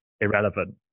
irrelevant